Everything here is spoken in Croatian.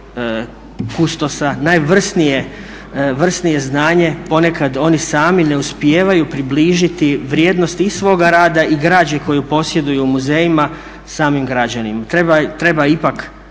najvrsnije znanje ponekad oni sami ne uspijevaju približiti vrijednosti i svoga rada i građe koju posjeduju u muzejima samim građanima. Treba ipak